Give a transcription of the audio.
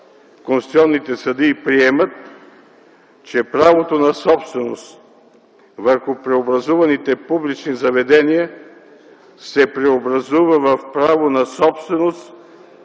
конституционните съдии приемат, че правото на собственост върху преобразуваните публични заведения се преобразува в право на собственост